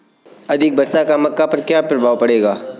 अधिक वर्षा का मक्का पर क्या प्रभाव पड़ेगा?